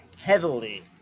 heavily